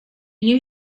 knew